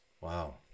Wow